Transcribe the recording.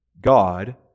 God